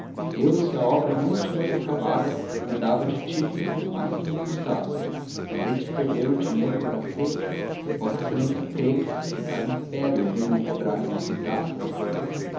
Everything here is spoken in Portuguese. eu se a obra não estivesse acabada mudava de título por mais que me custasse mas hei de perder o dinheiro que gastei v exa crê que se ficar império venham quebrar me as vidraças